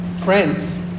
Friends